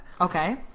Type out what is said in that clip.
Okay